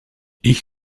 ich